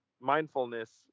mindfulness